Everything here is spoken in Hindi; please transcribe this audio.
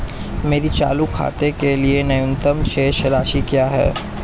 मेरे चालू खाते के लिए न्यूनतम शेष राशि क्या है?